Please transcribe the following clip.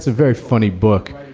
very funny book.